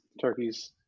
turkeys